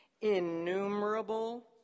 innumerable